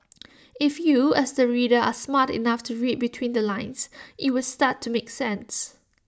if you as the reader are smart enough to read between the lines IT would start to make sense